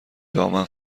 دامن